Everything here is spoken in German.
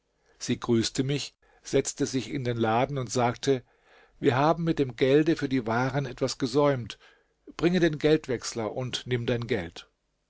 sie grüßte mich setzte sich in den laden und sagte wir haben mit dem gelde für die waren etwas gesäumt bringe den geldwechsler und nimm dein geld